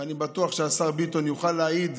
ואני בטוח שהשר ביטון יוכל להעיד,